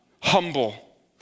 humble